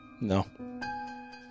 No